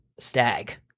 stag